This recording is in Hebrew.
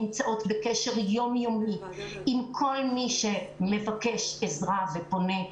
נמצאות בקשר יום יומי עם כל מי שמבקש עזרה ופונה.